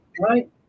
Right